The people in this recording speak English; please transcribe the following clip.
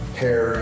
hair